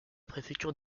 préfecture